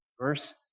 Verse